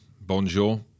Bonjour